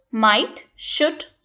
might, should,